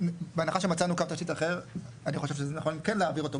בהנחה שמצאנו קו תשתית אחר אני חושב שזה נכון כן להעביר אותו,